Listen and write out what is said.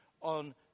on